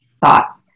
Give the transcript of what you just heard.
thought